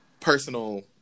personal